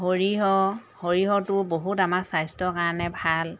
সৰিয়হ সৰিহটো বহুত আমাৰ স্বাস্থ্যৰ কাৰণে ভাল